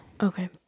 okay